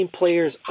players